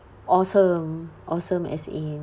awesome awesome as in